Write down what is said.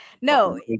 No